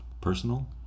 personal